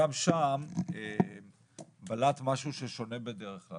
גם שם בלט משהו ששונה בדרך כלל.